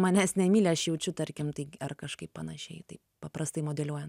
manęs nemyli aš jaučiu tarkim tai ar kažkaip panašiai taip paprastai modeliuojant